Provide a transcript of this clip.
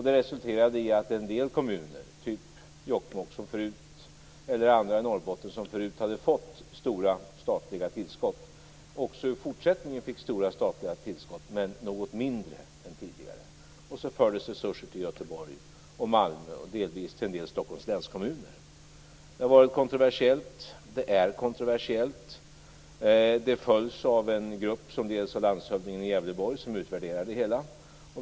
Det resulterade i att en del kommuner, t.ex. Jokkmokk eller andra kommuner i Norrbotten som förut hade fått stora statliga tillskott, också i fortsättningen fick statliga tillskott men något mindre än tidigare. Resurser fördes till Göteborg, Malmö och delvis till en del kommuner i Stockholms län. Det har varit kontroversiellt och är kontroversiellt. Det följs av en grupp som leds av landshövdingen i Gävleborg, som utvärderar det hela.